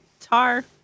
tar